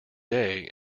day